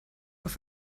auf